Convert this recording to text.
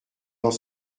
dans